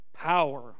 power